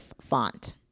font